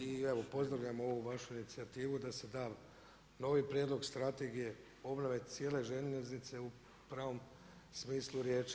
I evo pozdravljam ovu vašu inicijativu da se da novi prijedlog strategije obnove cijele željeznice u pravom smislu riječi.